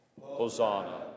Hosanna